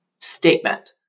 statement